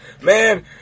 man